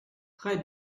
très